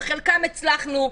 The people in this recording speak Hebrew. וחלקם הצלחנו,